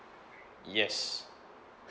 yes